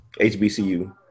HBCU